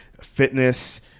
fitness